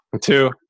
Two